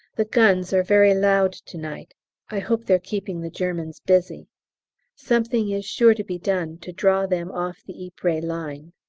the guns are very loud to-night i hope they're keeping the germans busy something is sure to be done to draw them off the ypres line.